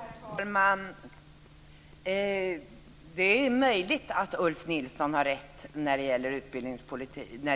Herr talman! Det är möjligt att Ulf Nilsson har rätt när det